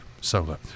solar